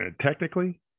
technically